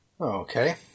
Okay